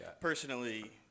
personally